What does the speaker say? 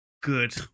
good